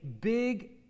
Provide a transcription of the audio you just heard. big